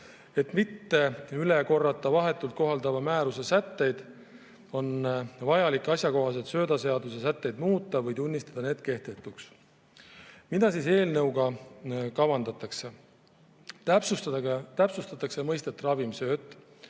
Et mitte üle korrata vahetult kohaldatava määruse sätteid, on vaja asjakohaseid söödaseaduse sätteid muuta või tunnistada need kehtetuks. Mida eelnõuga kavandatakse? Täpsustada mõistet "ravimsööt",